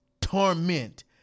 torment